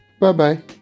Bye-bye